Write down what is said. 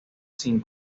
sin